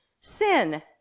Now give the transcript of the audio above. sin